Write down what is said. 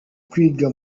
kwiga